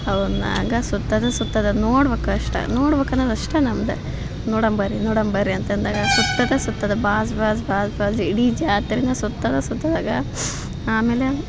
ಅವುನ ಆಗ ಸುತ್ತದೆ ಸುತ್ತದು ಅದು ನೋಡ್ಬೇಕು ಅಷ್ಟೆ ನೋಡ್ಬೇಕು ಅನ್ನೋದು ಅಷ್ಟೇ ನಮ್ಮದು ನೋಡಂಬರ್ರೀ ನೋಡಂಬರ್ರೀ ಅಂತಂದಾಗ ಸುತ್ತದೆ ಸುತ್ತದು ಬಾಝ್ ಬಾಝ್ ಬಾಝ್ ಬಾಝ್ ಇಡೀ ಜಾತ್ರೇನ ಸುತ್ತದ ಸುತ್ತದಾಗ ಆಮೇಲೆ